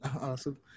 Awesome